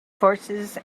forces